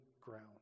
ground